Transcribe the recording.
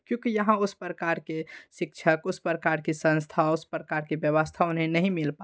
क्यूोंकि यहाँ उस प्रकार के शिक्षक उस प्रकार की संस्था उस प्रकार की व्यवस्था उन्हें नहीं मिल पाती है